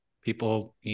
people